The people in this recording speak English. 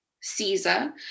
caesar